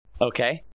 Okay